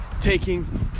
Taking